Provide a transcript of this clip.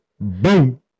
boom